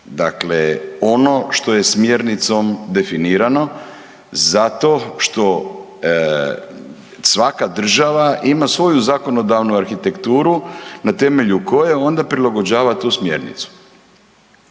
dakle ono što je smjernicom definirano zato što svaka država ima svoju zakonodavnu arhitekturu na temelju koje onda prilagođava tu smjernicu.